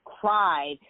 cried